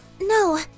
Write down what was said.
no